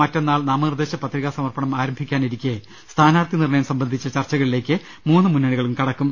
മറ്റന്നാൾ നാമ നിർദ്ദേശപത്രികാ സമർപ്പണം ആരംഭിക്കാനിരിക്കെ സ്ഥാനാർത്ഥി നിർണ്ണയം സംബ ന്ധിച്ച ചർച്ചകളിലേക്ക് മൂന്നു മുന്നണികളും കടക്കും